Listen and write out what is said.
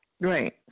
Right